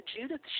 Judith